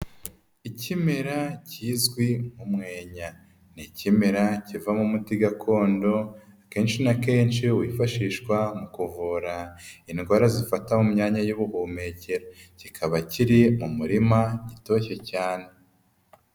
Ikimera kizwi nk'umwenya ni ikimera kivamo umuti gakondo, kenshi na kenshi wifashishwa mu kuvura indwara zifata mu myanya y'ubuhumekero, kikaba kiri mu murima, gitoshye cyane.